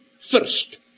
First